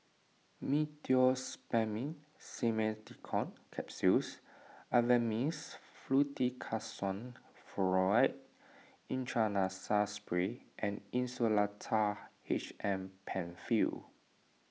Meteospasmyl Simeticone Capsules Avamys Fluticasone Furoate Intranasal Spray and Insulatard H M Penfill